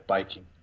Biking